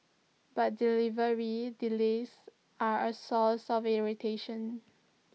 but delivery delays are A source of irritation